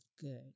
good